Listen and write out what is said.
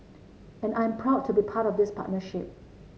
and I am proud to be part of this partnership